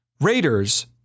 Raiders